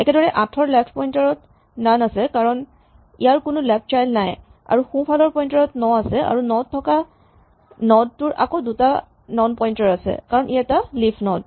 একেদৰে ৮ ৰ left pointer ত নন আছে কাৰণ ইয়াৰ কোনো লেফ্ট চাইল্ড নাই আৰু সোঁফালৰ পইন্টাৰ ত ৯ আছে আৰু ৯ থকা নড টোৰ আকৌ দুটা নন পইন্টাৰ আছে কাৰণ ই এটা লিফ নড